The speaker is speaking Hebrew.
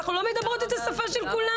אנחנו לא מדברות את השפה של כולם.